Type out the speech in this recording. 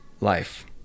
life